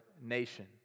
nation